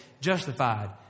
justified